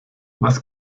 was